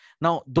Now